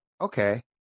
okay